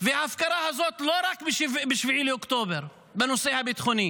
וההפקרה הזאת היא לא רק ב-7 באוקטובר בנושא הביטחוני